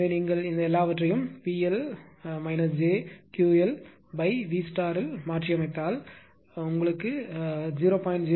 எனவே நீங்கள் இந்த எல்லாவற்றையும் V இல் மாற்றியமைத்தால் நீங்கள் 0